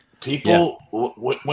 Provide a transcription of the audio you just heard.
people –